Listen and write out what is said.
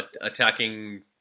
attacking